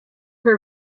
her